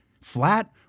Flat